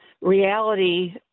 reality